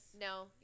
No